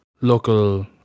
local